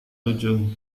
lucu